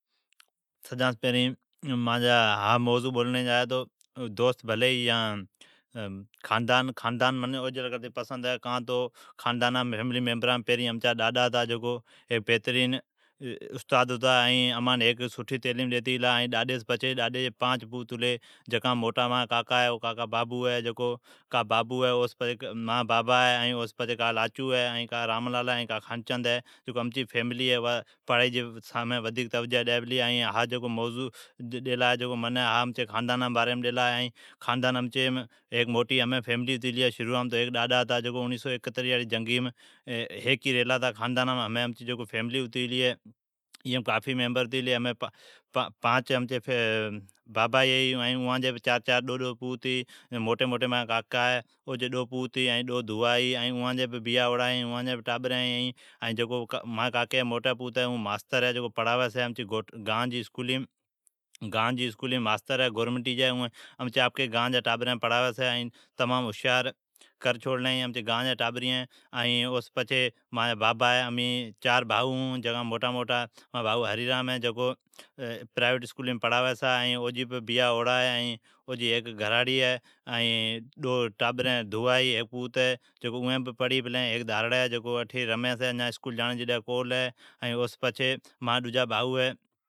منین اج بولڑین بر موضوع مللا ہے او ہے دوست بھلی ھی یا خاندان۔ منین خاندان خاندان او سون کرتی بھلی لاگیتو پھرین امچا ڈاڈا ھتا جکوھیک بھترین استاد ھتا جکو امان ھیک سٹھی تعلیم ڈیتی گلا۔ مانجی ڈاڈی جی پانچ پوت ھی جکام موٹا مانجا کاکا بابو ہے ائین او سون پچھی مانجا بابا ہے پچھی کاکا لاچو ہے، کاکا راملالا ہے ائین کاکا خانو ہے۔ امچی فیملی پرھائی سامین ودھیک توجع ڈی پلی۔ امچی فیملی موٹی ھتی گلی ہے۔ اگی ڈاڈا ھیکلا ھتا جکو اوڑیھ سو ایکھتریاڑی جنگیم ریلا ھتا۔ امچی فیملیم پانچ میمبر ھی جکام موٹا مانجا کاکا ہےاو جی ڈو پوت ھی ائین دھوئا ھی ائین اوان جا بھی بیا ھوڑا ہے ائین اوا جین بھی ٹابرین ھی۔ مانجی موٹی کاکی جی پوت ہے اون ماستر ہے جکو گان جین ٹابرین پڑھاوی چھی ائین گان جینن ٹابرین تمام ھوشیر کر چھوڑلین ھی۔ او سون پچھی مانجا بابا ہے، او جی پوت ھریرام مانجی بھائو ہے اون پرائوٹ پڑھاویی چھی ائین او جا بیا کروڑا ہے ائین او جی ھیک گھراڑی ہے او جین ڈو پوت ھیک دھو ہے۔ پڑی پلین او سون پچھی مانجی ڈجی بھائو ہے۔